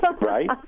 right